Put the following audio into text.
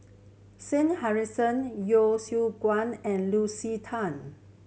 Shah Hussain Yeo Siak Goon and Lucy Tan